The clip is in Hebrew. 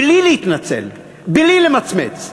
בלי להתנצל, בלי למצמץ.